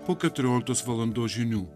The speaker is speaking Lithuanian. po keturioliktos valandos žinių